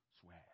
swag